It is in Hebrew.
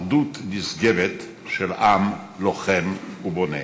אחדות נשגבת של עם לוחם ובונה,